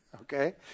Okay